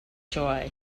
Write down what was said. joy